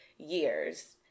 years